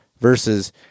versus